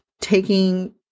Taking